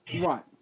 Right